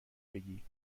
بگی